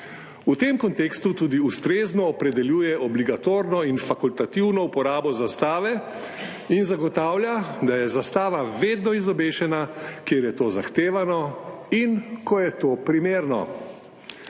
V tem kontekstu tudi ustrezno opredeljuje obligatorno in fakultativno uporabo zastave in zagotavlja, da je zastava vedno izobešena, kjer je to zahtevano in ko je to primerno.